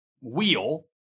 Wheel